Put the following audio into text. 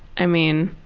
i mean,